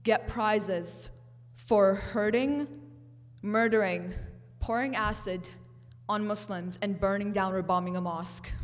get prizes for hurting murdering pouring acid on muslims and burning down or bombing a mosque